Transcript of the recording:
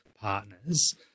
partners